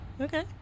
Okay